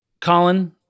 colin